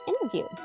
interview